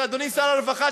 אדוני שר הרווחה,